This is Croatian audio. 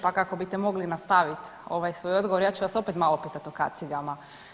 Pa kako bite mogli nastavit ovaj svoj odgovor, ja ću vas opet malo pitati o kacigama.